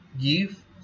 give